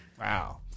wow